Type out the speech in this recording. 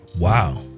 Wow